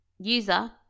user